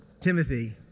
Timothy